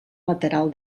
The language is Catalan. lateral